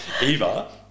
Eva